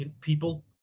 People